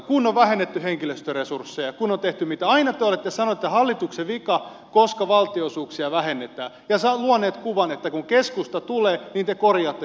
kun on vähennetty henkilöstöresursseja kun on tehty mitä tahansa aina te olette sanoneet että hallituksen vika koska valtionosuuksia vähennetään ja luoneet kuvan että kun keskusta tulee niin te korjaatte tämän